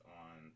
on